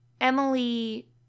Emily